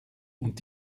und